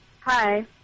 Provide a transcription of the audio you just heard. Hi